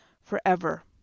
forever